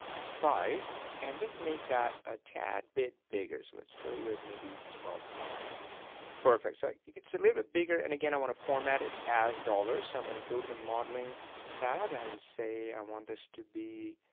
size and just make that a tad bit bigger so let's go with maybe twelve font perfect so it's a little bit bigger and again i want to format it as dollar so i'm gonna go to the modeling tab and say i want this to be